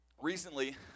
recently